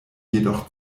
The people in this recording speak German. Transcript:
jedoch